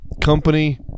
company